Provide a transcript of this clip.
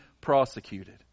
prosecuted